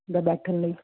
ਜਿੱਦਾਂ ਬੈਠਣ ਲਈ